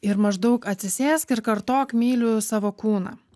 ir maždaug atsisėsk ir kartok myliu savo kūną